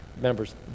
Members